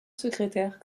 secrétaire